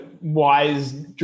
wise